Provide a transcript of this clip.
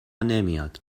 نمیاد